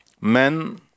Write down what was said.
Men